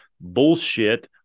bullshit